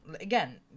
again